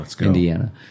Indiana